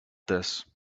this